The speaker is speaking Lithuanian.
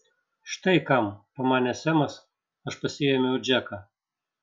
štai kam pamanė semas aš pasiėmiau džeką